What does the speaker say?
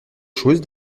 chose